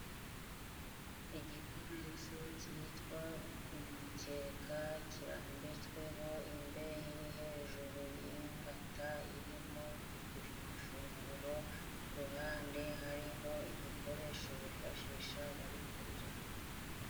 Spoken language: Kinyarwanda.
Igikoresho cyitwa umukeka kirambitsweho imbehe iri hejuru y'ingata irimo amafunguro. Ku ruhande hariho igikoresho bifashisha bari kurya.